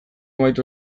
amaitu